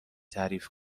تعریف